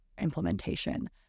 Implementation